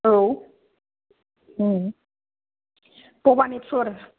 औ भबानिफुर